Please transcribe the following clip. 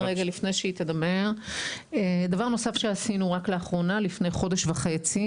דבר נוסף שעשינו רק לאחרונה לפני חודש וחצי,